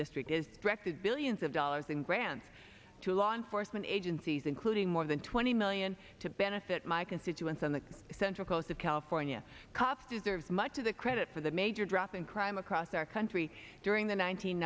district is directed billions of dollars in grants to law enforcement agencies including more than twenty million to benefit my constituents on the central coast of california cops deserves much of the credit for the major drop in crime across our country during the